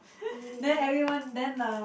really